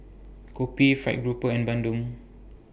Kopi Fried Grouper and Bandung